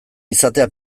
izatea